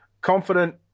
confident